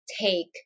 take